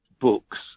books